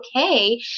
okay